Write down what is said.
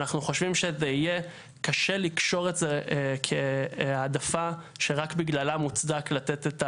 אנחנו חושבים שזה יהיה קשה לקשור את זה כהעדפה שרק בגללה מוצדק לתת את